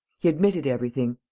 he admitted everything.